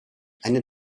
eine